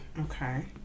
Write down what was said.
Okay